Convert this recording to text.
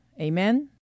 Amen